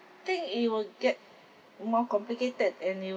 think it will get more complicated and you